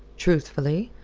truthfully?